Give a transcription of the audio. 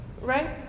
right